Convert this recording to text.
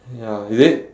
ya is it